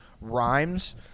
rhymes